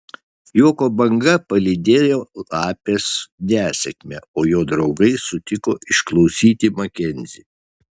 juoko banga palydėjo lapės nesėkmę o jo draugai sutiko išklausyti makenzį